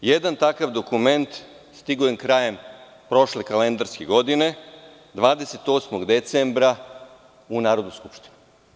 Jedan takav dokument je stigao krajem prošle kalendarske godine, 28. decembra u Narodnu skupštinu.